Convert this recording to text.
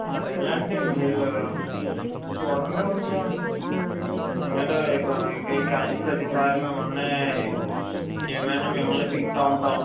అదేలేండి మీరు చూడండి కొంచెం ఎందుకంటే ఇప్పుడు ఈ క కానీ ప్రతిసారి మిమ్మల్ని ఏమన్న మిమ్మల్ని పిలుస్తా ఉంటాం